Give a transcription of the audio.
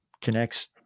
connects